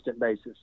basis